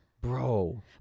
Bro